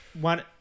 one